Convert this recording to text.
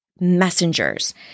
messengers